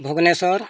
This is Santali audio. ᱵᱷᱩᱵᱚᱱᱮᱥᱥᱚᱨ